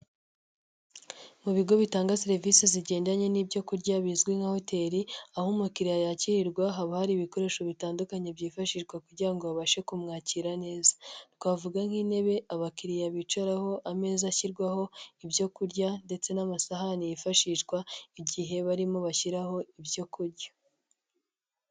Mu bigo bitanga serivisi zigendanye n'ibyo kurya bizwi nka hoteli, aho umukiriya yakirirwa haba hari ibikoresho bitandukanye byifashishwa kugira ngo babashe kumwakira neza, twavuga nk'intebe abakiriya bicaraho ameza ashyirwaho ibyo kurya, ndetse n'amasahani yifashishwa igihe barimo bashyiraho ibyo kurya.